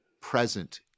present